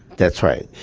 that's right.